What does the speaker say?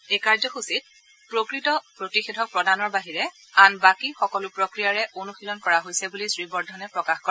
এই কাৰ্যসূচীত প্ৰকৃত প্ৰতিষেধক প্ৰদানৰ বাহিৰে আন বাকী সকলো প্ৰক্ৰিয়াৰে অনূশীলন কৰা হব বুলি শ্ৰীবৰ্ধনে প্ৰকাশ কৰে